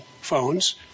phones